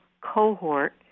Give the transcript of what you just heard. cohort